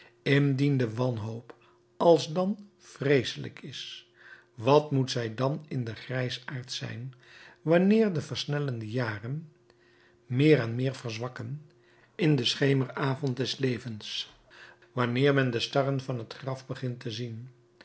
de wanhoop alsdan vreeselijk is wat moet zij dan in de grijsheid zijn wanneer de versnellende jaren meer en meer verzwakken in den schemeravond des levens wanneer men de starren van het graf begint te zien